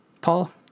Paul